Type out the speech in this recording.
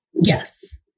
Yes